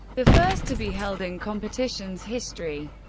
the first to be held in competition's history.